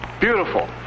Beautiful